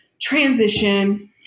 transition